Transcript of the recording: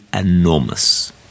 enormous